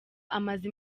amaze